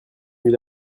nuit